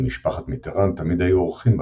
למשפחת מיטראן תמיד היו אורחים בקיץ,